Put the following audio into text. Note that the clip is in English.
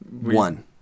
One